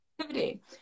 activity